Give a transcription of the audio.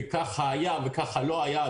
וככה היה וככה לא היה?